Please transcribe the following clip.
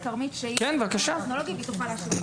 כרמית תוכל להתייחס.